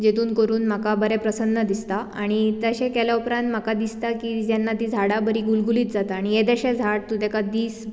जेतुन करून म्हाका बरें प्रसन्न दिसता आणी तशें केल्या उपरांत म्हाका दिसता की जेन्ना ती झाडां बरीं गुलगुलीत जातात आणी येदेशें झाड तूं तेका दीस